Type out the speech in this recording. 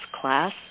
class